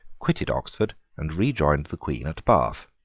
quitted oxford and rejoined the queen at bath.